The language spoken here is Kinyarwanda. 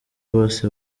bose